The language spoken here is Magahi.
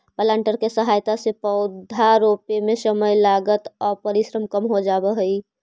प्लांटर के सहायता से पौधा रोपे में समय, लागत आउ परिश्रम कम हो जावऽ हई